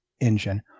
engine